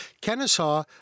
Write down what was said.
Kennesaw